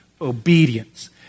Obedience